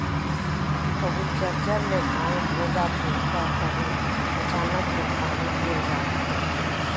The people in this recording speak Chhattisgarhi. कभू चरचर ले घाम हो जाथे त कभू अचानक ले पानी गिर जाथे